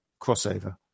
crossover